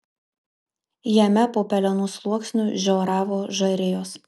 jame po pelenų sluoksniu žioravo žarijos